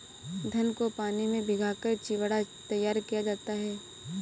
धान को पानी में भिगाकर चिवड़ा तैयार किया जाता है